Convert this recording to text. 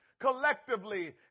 collectively